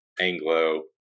Anglo